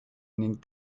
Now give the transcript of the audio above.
ning